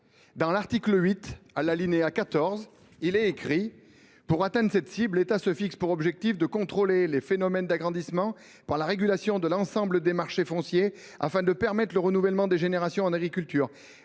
de l’article 8 est en effet ainsi rédigé :« Pour atteindre cette cible, l’État se fixe pour objectif de contrôler les phénomènes d’agrandissement par la régulation de l’ensemble des marchés fonciers afin de permettre le renouvellement des générations en agriculture.